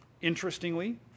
interestingly